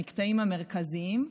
המקטעים המרכזיים,